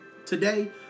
Today